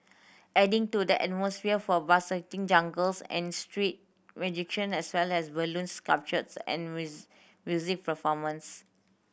adding to the atmosphere were buskers jugglers and street magician as well as balloon sculptures and music performance